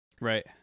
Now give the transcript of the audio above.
Right